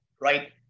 right